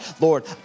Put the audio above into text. Lord